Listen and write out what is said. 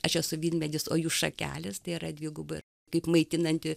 aš esu vynmedis o jūs šakelės tai yra dvigubai kaip maitinanti